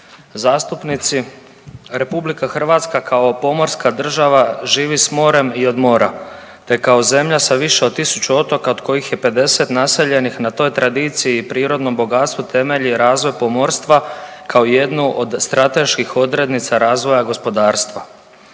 zastupnici. Republika Hrvatska kao pomorska država živi s morem i od mora, te kao zemlja sa više od 1000 otoka od kojih je 50 naseljenih na toj tradiciji, prirodnom bogatstvu temelji razvoj pomorstva kao jednu od strateških odrednica razvoja gospodarstva.